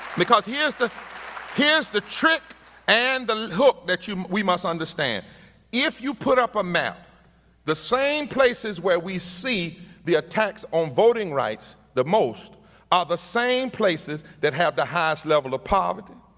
because here's the here's the trick and the hook that you must understand if you put up a map the same places where we see the attacks on voting rights the most are the same places that have the highest level of poverty,